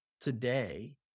today